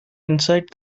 inside